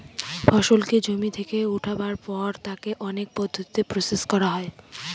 ফসলকে জমি থেকে উঠাবার পর তাকে অনেক পদ্ধতিতে প্রসেস করা হয়